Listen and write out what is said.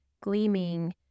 gleaming